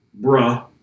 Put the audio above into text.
bruh